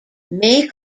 may